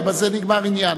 ובזה נגמר עניין.